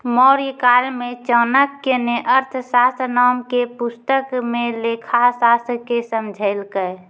मौर्यकाल मे चाणक्य ने अर्थशास्त्र नाम के पुस्तक मे लेखाशास्त्र के समझैलकै